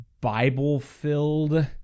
Bible-filled